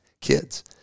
kids